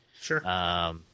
Sure